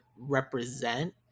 represent